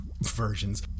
versions